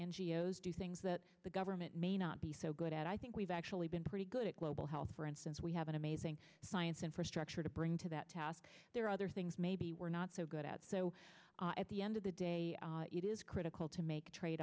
o s do things that the government may not be so good at i think we've actually been pretty good at global health for instance we have an amazing science infrastructure to bring to that task there are other things maybe we're not so good at so at the end of the day it is critical to make trade